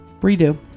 redo